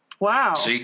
Wow